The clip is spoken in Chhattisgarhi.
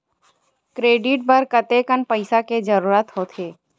क्रेडिट बर कतेकन पईसा के जरूरत होथे?